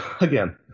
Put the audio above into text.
again